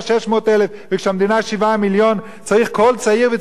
וכשהמדינה 7 מיליון צריך כל צעיר וצעירה להתגייס,